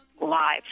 lives